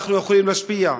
אנחנו יכולים להשפיע.